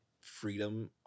freedom